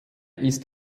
ist